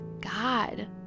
God